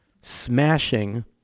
smashing